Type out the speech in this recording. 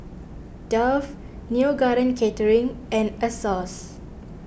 Dove Neo Garden Catering and Asos